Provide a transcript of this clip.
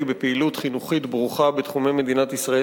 בפעילות חינוכית ברוכה בתחומי מדינת ישראל.